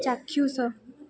ଚାକ୍ଷୁଷ